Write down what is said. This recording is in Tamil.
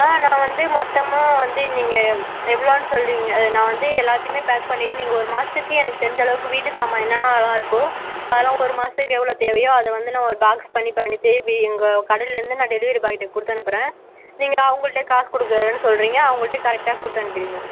ஆ நான் வந்து மொத்தமாக வந்து நீங்கள் எவ் எவ்வளோன்னு சொல்லிவிடுங்க நான் வந்து எல்லாத்தையுமே பேக் பண்ணிவிட்டு நீங்கள் ஒரு மாதத்துக்கு எனக்கு தெரிஞ்ச அளவுக்கு வீட்டு சாமான் என்னென்னாலாம் இருக்கோ அதெல்லாம் ஒரு மாதத்துக்கு எவ்வளோ தேவையோ அதை வந்து நான் ஒரு பாக்ஸ் பண்ணி பண்ணிவிட்டு வீ எங்கள் கடையிலருந்து டெலிவரி பாய்ட கொடுத்தனுப்புறேன் நீங்கள் அவங்கள்டயே காசு கொடுக்குறேன்னு சொல்றிங்க அவங்கள்டயே கரெக்டாக கொடுத்தனுப்பிடுங்க